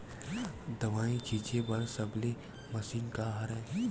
दवाई छिंचे बर सबले मशीन का हरे?